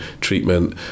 treatment